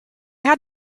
had